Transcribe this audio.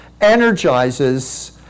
energizes